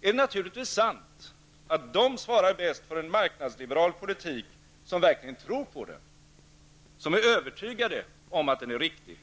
är det naturligtvis sant att de svarar bäst för en marknadsliberal politik som verkligen tror på den, som är övertygade om att den är riktig.